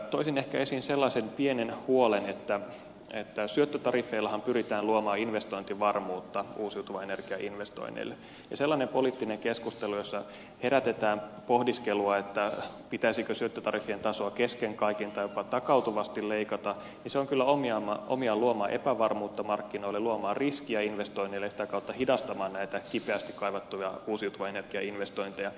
toisin ehkä esiin sellaisen pienen huolen että syöttötariffeillahan pyritään luomaan investointivarmuutta uusiutuvan energian investoinneille ja sellainen poliittinen keskustelu jossa herätetään pohdiskelua siitä pitäisikö syöttötariffien tasoa kesken kaiken tai jopa takautuvasti leikata on kyllä omiaan luomaan epävarmuutta markkinoille luomaan riskiä investoinneille ja sitä kautta hidastamaan näitä kipeästi kaivattuja uusiutuvan energian investointeja